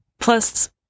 Plus